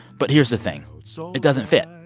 but here's the thing. so it doesn't fit.